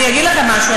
אני אגיד לכם משהו.